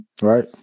Right